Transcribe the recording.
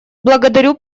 благодарю